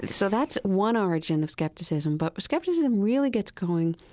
so that's one origin of skepticism but skepticism really gets going,